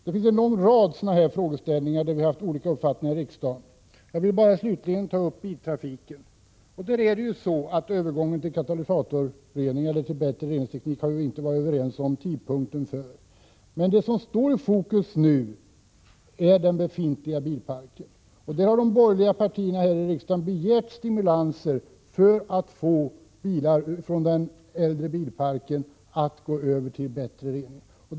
Det finns en lång rad sådana här frågeställningar där vi har haft olika uppfattningar i riksdagen. Jag vill slutligen ta upp biltrafiken. Vi har inte varit överens om tidpunkten för övergången till katalysatorrening och bättre reningsteknik i övrigt. Men det som står i fokus nu är den befintliga bilparken. De borgerliga partierna har i riksdagen begärt stimulanser för att få bilar från den äldre bilparken att gå över till bättre rening.